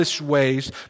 ways